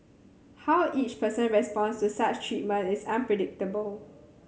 how each person responds to such treatment is unpredictable